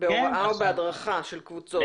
בהוראה או בהדרכה של קבוצות.